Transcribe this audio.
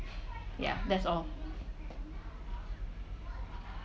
ya that's all